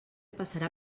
passarà